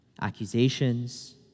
accusations